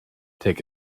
take